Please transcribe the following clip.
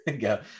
go